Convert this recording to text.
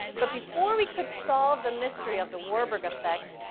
but before we could solve the mystery of the warburg effect,